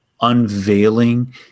unveiling